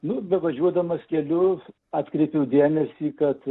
nu bevažiuodamas keliu atkreipiau dėmesį kad